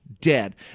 dead